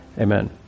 amen